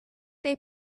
they